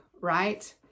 right